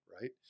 right